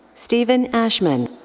steven ashman.